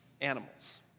animals